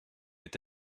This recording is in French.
est